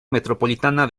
metropolitana